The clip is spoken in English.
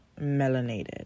melanated